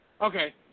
okay